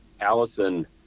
Allison